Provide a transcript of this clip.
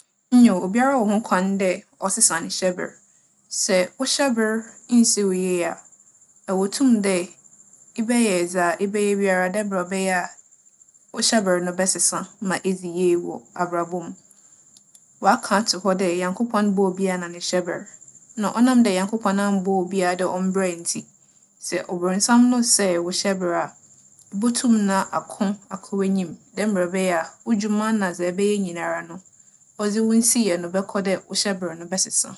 Nyew, obiara wͻ ho kwan dɛ ͻsesa ne hyɛber. Sɛ wo hyɛber nnsi wo yie a, ɛwͻ tum dɛ ebɛyɛ dza ebɛyɛ biara dɛ mbrɛ ͻbɛyɛ a wo hyɛber no bɛsesa ma edzi yie wͻ abrabͻ mu. Wͻaka ato hͻ dɛ Nyankopͻn bͻͻ obiara na ne hyɛber. Na ͻnam dɛ Nyankopͻn ammbͻ obiara dɛ ͻmberɛ ntsi, sɛ ͻbͻnsam no sɛɛ wo hyɛber a, ibotum na ako akͻ w'enyim dɛ mbrɛ ͻbɛyɛ a wo dwuma na dza ebɛyɛ nyinara no, ͻdze wo nsiyɛ no bͻkͻ dɛ wo hyɛber no bɛsesa.